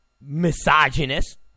misogynist